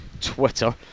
Twitter